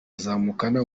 azamukana